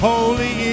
Holy